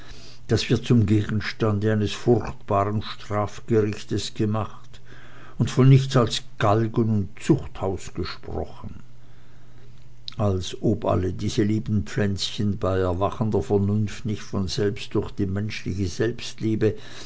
das wird zum gegenstande eines furchtbaren strafgerichtes gemacht und von nichts als galgen und zuchthaus gesprochen als ob alle diese lieben pflänzchen bei erwachender vernunft nicht von selbst durch die menschliche selbstliebe